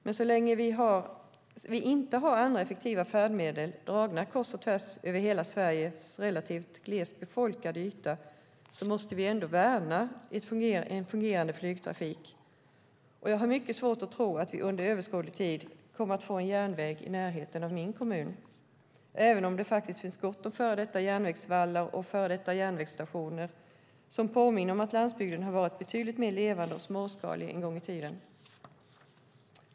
Men så länge vi inte har andra effektiva färdmedel dragna kors och tvärs över hela Sveriges relativt glest befolkade yta måste vi ändå värna en fungerande flygtrafik. Jag har mycket svårt att tro att vi under överskådlig tid kommer att få en järnväg i närheten av min kommun även om det faktiskt finns gott om före detta järnvägsvallar och före detta järnvägsstationer som påminner om att landsbygden har varit betydligt mer levande och småskalig en gång i tiden.